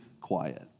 quiet